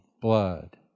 blood